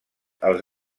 els